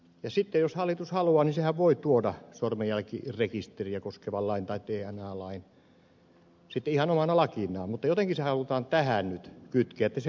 sitten jos hallitus haluaa sehän voi tuoda sormenjälkirekisteriä koskevan lain tai dna lain ihan omana lakinaan mutta jotenkin se halutaan tähän nyt kytkeä mikä on tässä minusta se virhe